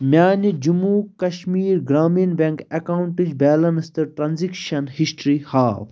میانہِ جٔموں کشمیٖر گرٛامیٖن بیٚنٛک اکاونٹٕچ بیلنس تہٕ ٹرانزیکشن ہسٹری ہاو